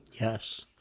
Yes